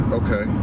okay